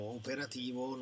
operativo